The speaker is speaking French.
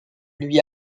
lui